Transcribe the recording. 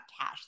cash